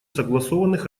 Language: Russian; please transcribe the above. согласованных